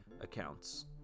accounts